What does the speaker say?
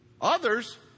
Others